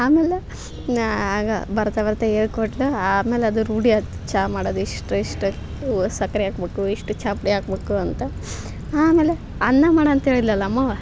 ಆಮೇಲೆ ನಾ ಆಗ ಬರ್ತಾ ಬರ್ತಾ ಹೇಳ್ಕೋಟ್ಟಳು ಆಮೇಲೆ ಅದು ರೂಢಿ ಆತು ಚಾ ಮಾಡೋದು ಎಷ್ಟು ಎಷ್ಟು ಸಕ್ಕರೆ ಹಾಕಬೇಕು ಎಷ್ಟು ಚಾಪುಡಿ ಹಾಕಬೇಕು ಅಂತ ಆಮೇಲೆ ಅನ್ನ ಮಾಡು ಅಂತ ಹೇಳಿದ್ದಳು ನಮ್ಮವ್ವ